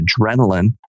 adrenaline